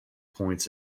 points